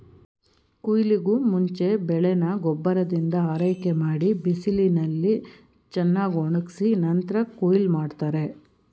ಕುಯ್ಲಿಗೂಮುಂಚೆ ಬೆಳೆನ ಗೊಬ್ಬರದಿಂದ ಆರೈಕೆಮಾಡಿ ಬಿಸಿಲಿನಲ್ಲಿ ಚೆನ್ನಾಗ್ಒಣುಗ್ಸಿ ನಂತ್ರ ಕುಯ್ಲ್ ಮಾಡ್ತಾರೆ